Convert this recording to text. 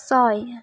ছয়